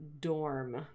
dorm